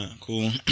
Cool